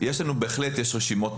בהחלט יש רשימות.